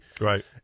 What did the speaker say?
Right